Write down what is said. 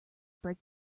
break